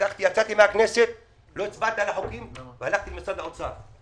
יצאתי מהכנסת ולא הצבעתי למשרד האוצר,